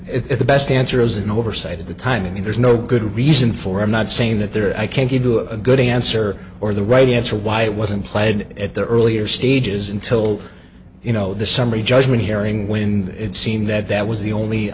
live it the best answer is an oversight of the timing and there's no good reason for i'm not saying that there are i can't give you a good answer or the right answer why it wasn't played at the earlier stages until you know the summary judgment hearing when it seemed that that was the only